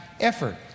effort